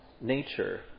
nature